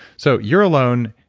so you're alone,